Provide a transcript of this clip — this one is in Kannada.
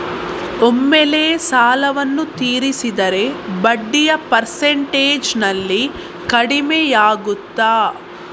ಒಮ್ಮೆಲೇ ಸಾಲವನ್ನು ತೀರಿಸಿದರೆ ಬಡ್ಡಿಯ ಪರ್ಸೆಂಟೇಜ್ನಲ್ಲಿ ಕಡಿಮೆಯಾಗುತ್ತಾ?